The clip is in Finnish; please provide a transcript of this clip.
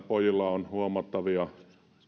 pojilla on huomattavia